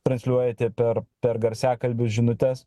transliuojate per per garsiakalbius žinutes